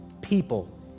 people